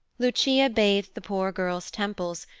lucia bathed the poor girl's temples,